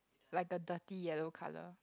like a dirty yellow colour